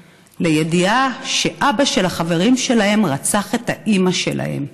לידיעה שאבא של החברים שלהם רצח את האימא שלהם.